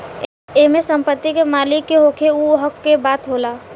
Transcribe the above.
एमे संपत्ति के मालिक के होखे उ हक के बात होला